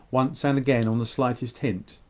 once and again, on the slightest hint.